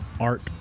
art